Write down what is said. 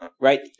right